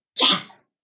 yes